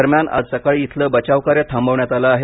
दरम्यान आज सकाळी इथलं बचावकार्य थांबवण्यात आलं आहे